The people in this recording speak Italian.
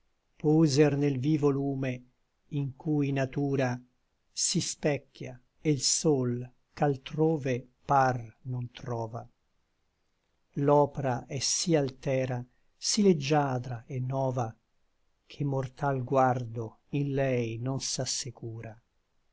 poser nel vivo lume in cui natura si specchia e l sol ch'altrove par non trova l'opra è sí altera sí leggiadra et nova che mortal guardo in lei non s'assecura